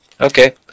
Okay